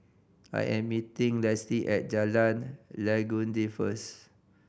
I am meeting Lesley at Jalan Legundi first